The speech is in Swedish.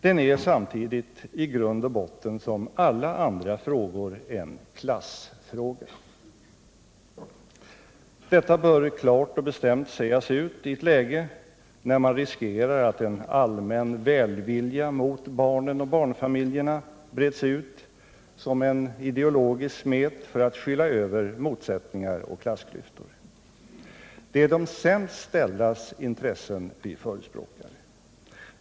Den är samtidigt i grund och botten som alla andra frågor en klassfråga. Det bör klart och bestämt sägas ut i ett läge när man riskerar att en allmän välvilja mot barnen och barnfamiljerna breds ut som en ideologisk smet för att skyla över motsättningar och klassklyftor. Det är de sämst ställdas intressen vi förespråkar.